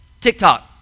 TikTok